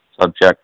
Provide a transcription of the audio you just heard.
subject